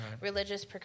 religious